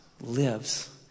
lives